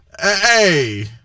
Hey